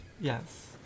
Yes